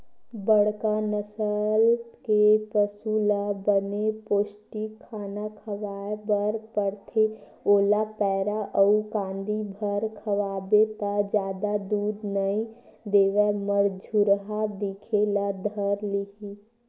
बड़का नसल के पसु ल बने पोस्टिक खाना खवाए बर परथे, ओला पैरा अउ कांदी भर खवाबे त जादा दूद नइ देवय मरझुरहा दिखे ल धर लिही